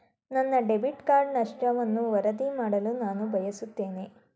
ನನ್ನ debit card ನಷ್ಟವನ್ನು ವರದಿ ಮಾಡಲು ನಾನು ಬಯಸುತ್ತೇನೆ